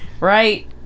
Right